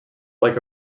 like